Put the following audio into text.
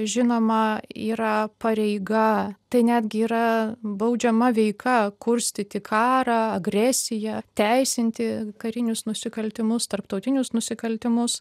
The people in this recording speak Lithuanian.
žinoma yra pareiga tai netgi yra baudžiama veika kurstyti karą agresiją teisinti karinius nusikaltimus tarptautinius nusikaltimus